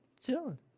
Chilling